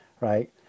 right